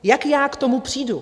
Jak já k tomu přijdu?